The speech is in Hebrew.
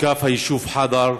הותקף היישוב חד'ר,